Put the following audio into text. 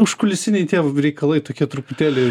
užkulisiniai tie reikalai tokie truputėlį